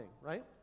right